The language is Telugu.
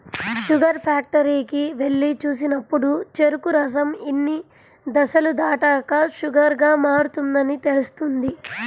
షుగర్ ఫ్యాక్టరీకి వెళ్లి చూసినప్పుడు చెరుకు రసం ఇన్ని దశలు దాటాక షుగర్ గా మారుతుందని తెలుస్తుంది